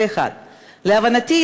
להבנתי,